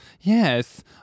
Yes